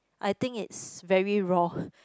I think it's very raw